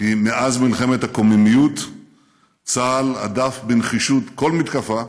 כי מאז מלחמת הקוממיות צה"ל הדף בנחישות כל מתקפה,